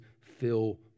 fill